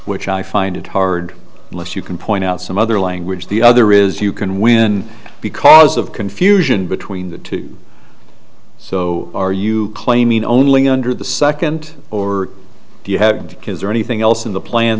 which i find it hard to list you can point out some other language the other is you can win because of confusion between the two so are you claiming only under the second or do you have kids or anything else in the plan